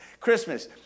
Christmas